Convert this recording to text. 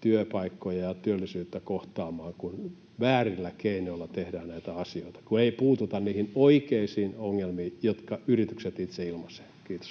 työpaikkoja ja työllisyyttä enemmän, kun väärillä keinoilla tehdään näitä asioita, kun ei puututa niihin oikeisiin ongelmiin, joista yritykset itse ilmaisevat? — Kiitos.